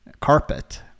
carpet